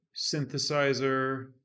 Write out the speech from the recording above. Synthesizer